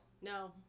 No